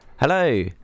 Hello